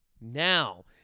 Now